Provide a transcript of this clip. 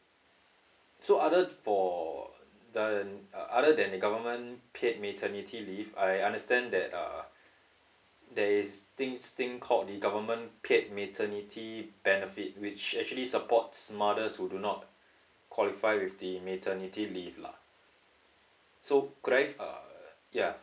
so other for than uh other than the government paid maternity leave I understand that uh there is things thing called the government paid maternity benefit which actually supports mothers who do not qualify with the maternity leave lah so could I uh ya